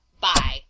bye